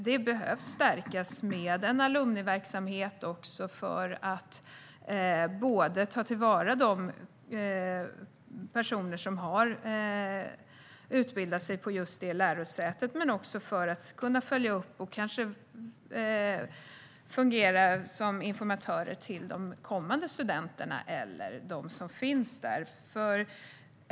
Detta behöver stärkas med en alumnverksamhet som kan ta till vara personer som har utbildat sig på just det lärosätet. På så sätt kan det följas upp. Kanske kan de fungera som informatörer till de kommande studenterna och dem som finns där.